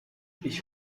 ich